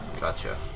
Gotcha